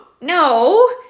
no